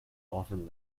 often